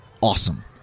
awesome